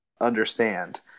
understand